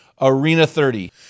ARENA30